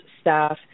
staff